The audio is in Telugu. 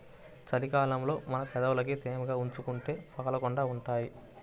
చలి కాలంలో మన పెదవులని తేమగా ఉంచుకుంటే పగలకుండా ఉంటాయ్